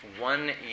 one